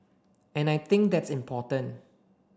and I think that's important